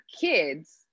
kids